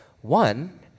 One